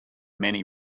many